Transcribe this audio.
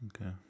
Okay